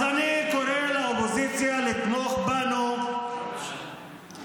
אז אני קורא לאופוזיציה לתמוך בנו בהצבעה